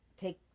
take